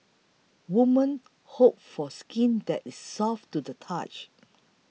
women hope for skin that is soft to the touch